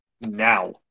now